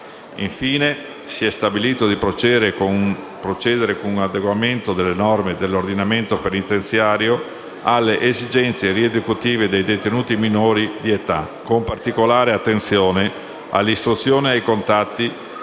Infine, si è stabilito di procedere con un adeguamento delle norme dell'ordinamento penitenziario alle esigenze rieducative dei detenuti minori di età, con particolare attenzione all'istruzione ed ai contatti